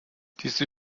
diese